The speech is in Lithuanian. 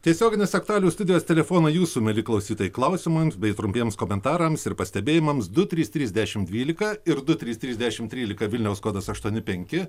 tiesioginės aktualijų studijos telefonai jūsų mieli klausytojai klausimams bei trumpiems komentarams ir pastebėjimams du trys trys dešim dvylika ir su trys trys dešimt trylika vilniaus kodas aštuoni penki